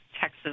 Texas